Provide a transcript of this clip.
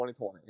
2020